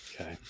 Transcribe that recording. okay